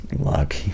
Luck